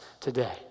today